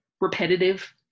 repetitive